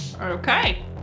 Okay